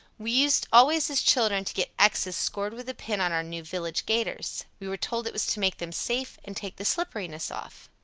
we used always as children to get x's scored with a pin on our new village gaiters we were told it was to make them safe and take the slipperiness off.